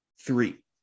Three